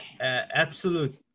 absolute